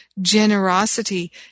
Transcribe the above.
generosity